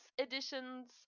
editions